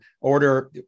order